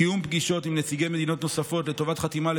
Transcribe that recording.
וקיום פגישות עם נציגי מדינות נוספות לטובת חתימה על